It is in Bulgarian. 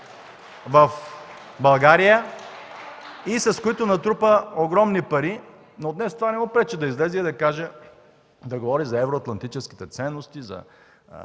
в България, и с които натрупа огромни пари, но днес това не му пречи да излезе и да говори за евроатлантическите ценности, за